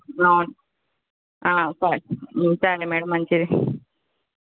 సరే ఉంటాను అండి మేడమ్ మంచిది